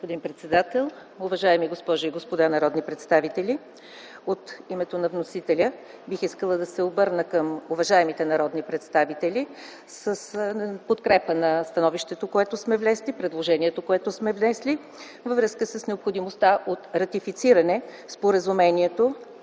Господин председател, уважаеми госпожи и господа народни представители! От името на вносителя бих искала да се обърна към уважаемите народни представители за подкрепа на предложението, което сме внесли във връзка с необходимостта от ратифициране на споразумението,